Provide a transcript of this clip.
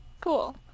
Cool